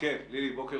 בוקר